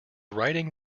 writing